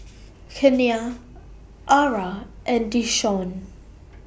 Kenia Arra and Deshawn